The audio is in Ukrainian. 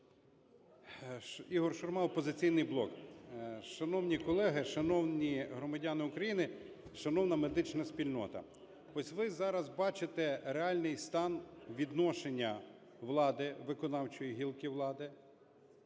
Ігор Шурма, "Опозиційний блок". Шановні колеги, шановні громадяни України, шановна медична спільнота! Ось ви зараз бачите реальний стан відношення влади, виконавчої гілки влади